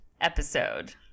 episode